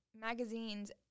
magazines